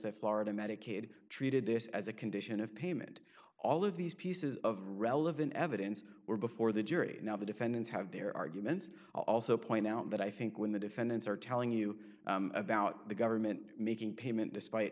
that florida medicaid treated this as a condition of payment all of these pieces of relevant evidence were before the jury now the defendants have their arguments also point out that i think when the defendants are telling you about the government making payment despite